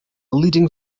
leading